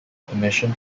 permission